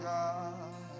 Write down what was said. God